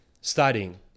studying